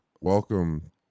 Welcome